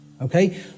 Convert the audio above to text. okay